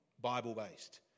Bible-based